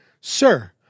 Sir